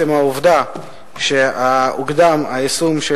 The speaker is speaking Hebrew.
שעצם העובדה שהוקדם היישום של